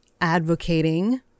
advocating